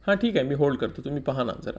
हां ठीक आहे मी होल्ड करतो तुम्ही पहा ना जरा